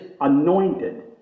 anointed